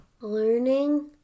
learning